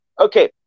Okay